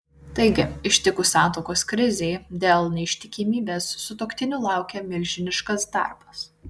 taigi ištikus santuokos krizei dėl neištikimybės sutuoktinių laukia milžiniškas darbas